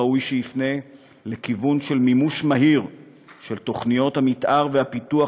ראוי שיפנה לכיוון של מימוש מהיר של תוכניות המתאר והפיתוח